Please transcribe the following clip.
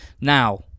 Now